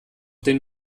den